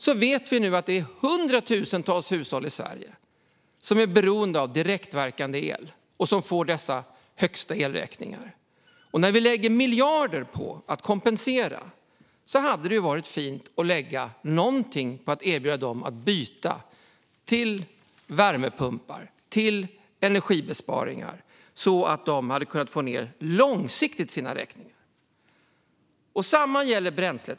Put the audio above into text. Vi vet att det är de hundratusentals hushållen i Sverige som är beroende av direktverkande el som får de högsta elräkningarna, och när vi nu lägger miljarder på att kompensera hade det varit fint om något också hade lagts på att erbjuda dem att byta till värmepumpar och göra energibesparingar så att de kan få ned sina räkningar långsiktigt. Detsamma gäller bränsle.